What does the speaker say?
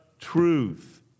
truth